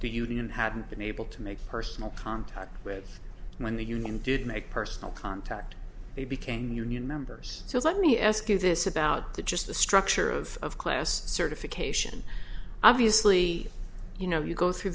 hadn't been able to make personal contact with when the union did make personal contact they became union members so let me ask you this about the just the structure of class certification obviously you know you go through